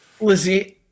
Lizzie